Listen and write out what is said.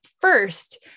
first